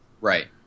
Right